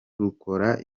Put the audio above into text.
rukora